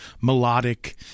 melodic